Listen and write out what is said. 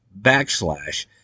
backslash